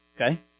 Okay